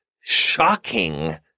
shocking